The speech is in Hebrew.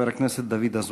חבר הכנסת דוד אזולאי.